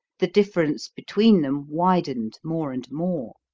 the difference between them widened more and more.